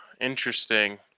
Interesting